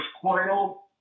quail